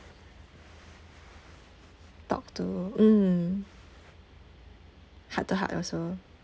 talk to mm heart to heart also